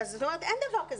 אין דבר כזה,